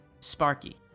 sparky